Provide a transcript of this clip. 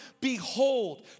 Behold